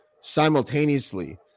simultaneously